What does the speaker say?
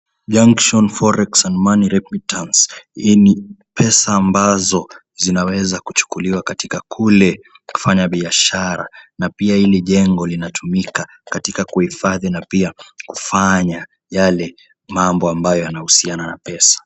Junction Forex and Money Liquid Terms , hii ni pesa ambazo zinaweza kuchukuliwa katika kule na kufanya biashara na pia hili ni jengo linatumika katika kuhifadhi na pia kufanya yale mambo ambayo yanahusiana na pesa.